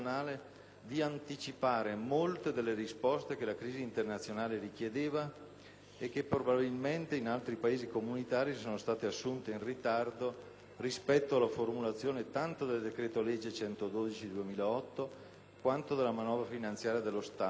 di anticipare molte delle risposte che la crisi internazionale richiedeva e che probabilmente in altri Paesi comunitari sono state assunte in ritardo rispetto alla formulazione tanto del decreto-legge n. 112 del 2008 quanto della manovra finanziaria dello Stato,